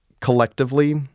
collectively